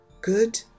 good